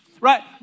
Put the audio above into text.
Right